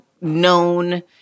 known